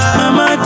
mama